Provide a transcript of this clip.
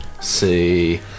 See